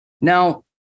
Now